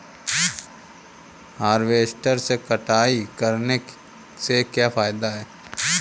Harvester से कटाई करने से क्या फायदा है?